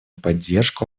поддержку